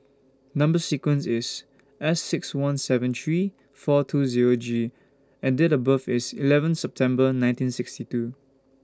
Number sequence IS S six one seven three four two Zero G and Date of birth IS eleven September nineteen sixty two